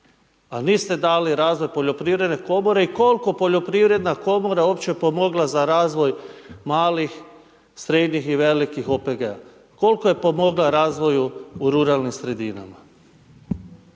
A niste dali razvoj Poljoprivredne komore i koliko Poljoprivredna komora je uopće pomogla za razvoj malih, srednjih i velikih OPG-a. Koliko je pomogla razvoju u ruralnim sredinama.